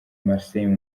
marseille